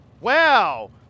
wow